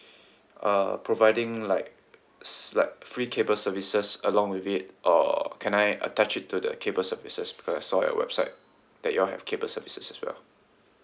uh providing like s~ like free cable services along with it or can I attach it to the cable services because I saw on your website that you all have cable services as well